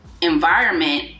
environment